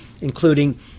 including